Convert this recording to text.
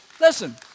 listen